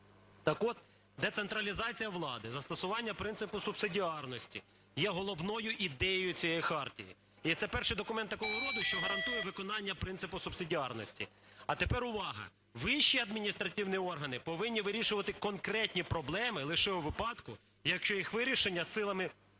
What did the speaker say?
Так от децентралізація влади, застосування принципу субсидіарності є головною ідеєю цієї хартії. І це перший документ такого роду, що гарантує виконання принципу субсидіарності. А тепер увага: вищі адміністративні органи повинні вирішувати конкретні проблеми лише у випадку, якщо їх вирішення силами місцевої